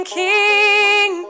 king